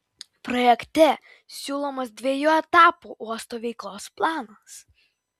projekte siūlomas dviejų etapų uosto veiklos planas